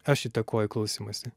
aš įtakoju klausymąsi